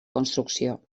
construcció